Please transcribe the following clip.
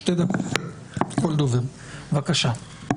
שתי דקות לכל דובר, בבקשה.